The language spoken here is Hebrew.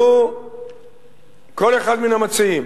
לו כל אחד מן המציעים